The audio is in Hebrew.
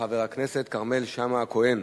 חבר הכנסת כרמל שאמה-הכהן.